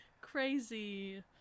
crazy